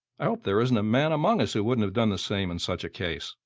i hope there isn't a man among us who wouldn't have done the same in such a case.